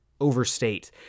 overstate